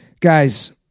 Guys